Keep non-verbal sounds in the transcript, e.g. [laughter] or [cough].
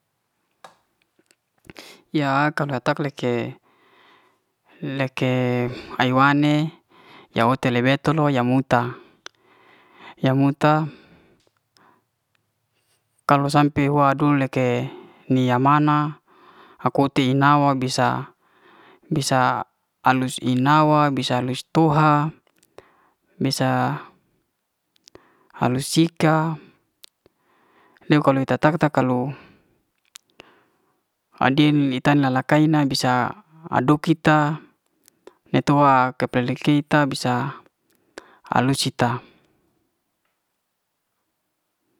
Ya haka la tak leke, leke [hesitation] ai wane ya wote le we tolo ya mu'ta. ya mu'ta [hesitation] kalau sampe wa dul leke nia man'na aku ti'ina wa bisa. [hesitation] bisa alus ina wa, bisa lis tu'ha, bisa alu sik'ka le kalu ta ta kalau [hesitation] ai'din lili tan lala kai na bisa aduw kita le toa ke'peli kita bisa alu'sita. [noise]